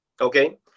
okay